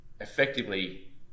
effectively